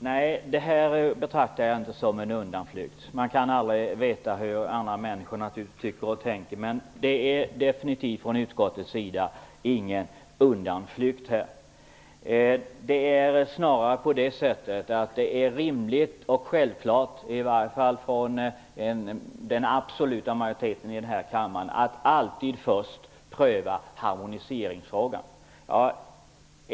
Herr talman! Nej, jag betraktar inte detta tillvägagångssätt som en undanflykt. Man kan visserligen aldrig veta hur andra människor tycker och tänker, men från utskottets sida är det definitivt inte fråga om någon undanflykt. Snarare är det så, att det är rimligt och självklart, i varje fall för den absoluta majoriteten i denna kammare, att man alltid först prövar harmoniseringsfrågan.